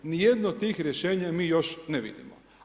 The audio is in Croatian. Ni jedno od tih rješenja mi još ne vidimo.